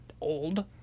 old